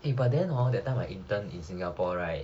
eh but then hor that time my intern in singapore right